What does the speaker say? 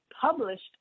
published